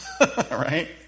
Right